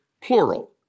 plural